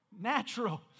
Natural